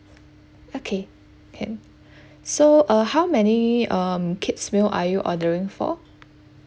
okay can so uh how many um kids meal are you ordering for